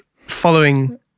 following